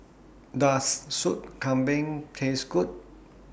Does Soup Kambing Taste Good